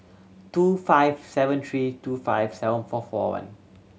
two five seven three two five seven four four one